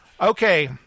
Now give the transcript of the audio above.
Okay